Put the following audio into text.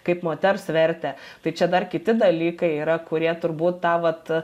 kaip moters vertę tai čia dar kiti dalykai yra kurie turbūt tą vat